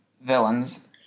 villains